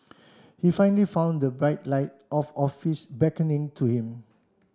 he finally found the bright light of office beckoning to him